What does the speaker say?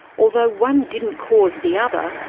although one didn't cause the other,